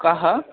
कः